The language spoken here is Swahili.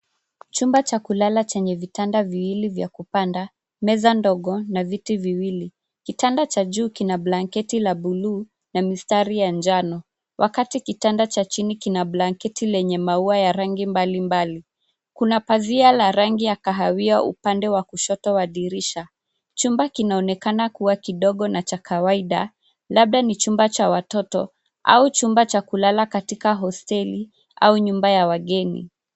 Chumba cha kulala chenye vitanda viwili vya kupanda, meza ndogo na viti viwili. Kitanda cha juu kina blanketi la buluu na mistari ya njano wakati kitanda cha chini kina blanketi lenye maua ya rangi mbalimbali. Kuna pazia la rangi ya kahawia upande wa kushoto wa dirisha. Chumba kinaonekana kuwa kidogo na cha kawaida labda ni chumba cha watoto au chumba cha kulala katika hosteli au nyumba ya wageni.